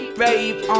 babe